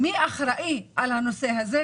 מי אחראי על הנושא הזה?